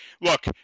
look